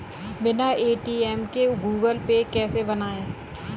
बिना ए.टी.एम के Google Pay कैसे बनायें?